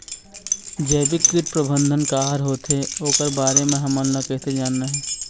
जैविक कीट प्रबंधन का हर होथे ओकर बारे मे हमन ला जानना हे?